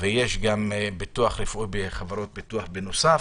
ויש גם ביטוח רפואי בחברות ביטוח בנוסף.